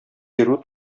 йөрү